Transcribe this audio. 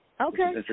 Okay